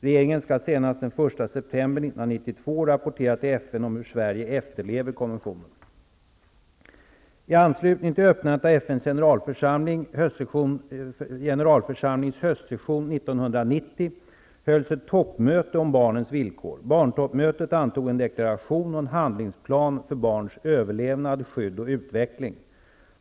Regeringen skall senast den 1 september 1992 rapportera till FN om hur Sverige efterlever konventionen. I anslutning till öppnandet av FN:s generalförsamlings höstsession 1990 hölls ett toppmöte om barnens villkor. Barntoppmötet antog en deklaration och en handlingsplan för barns överlevnad, skydd och utveckling.